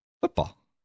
football